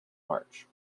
march